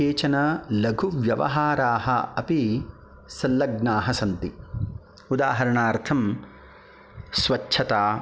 केचन लघुव्यवहाराः अपि सल्लग्नाः सन्ति उदाहरणार्थं स्वच्छता